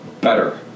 better